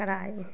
कराए